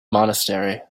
monastery